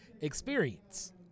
experience